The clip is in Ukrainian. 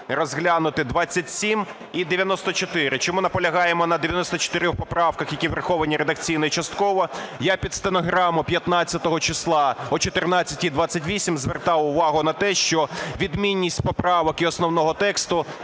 розглянути 27 і 94. Чому наполягаємо на 94 поправках, які враховані редакційно і частково? Я під стенограму 15 числа о 14:28 звертав увагу на те, що відмінність поправок і основного тексту,